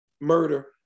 murder